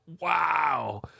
wow